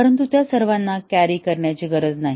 परंतु त्या सर्वांना कॅरी करण्याची गरज नाही